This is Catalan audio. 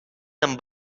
amb